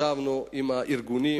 ישבנו עם הארגונים